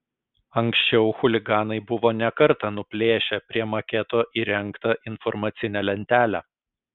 anksčiau chuliganai buvo ne kartą nuplėšę prie maketo įrengtą informacinę lentelę